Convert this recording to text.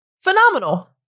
Phenomenal